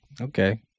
Okay